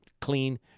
clean